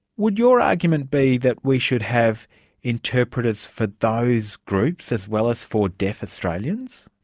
would your argument be that we should have interpreters for those groups as well as for deaf australians?